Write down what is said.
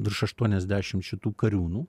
virš aštuoniasdešim šitų kariūnų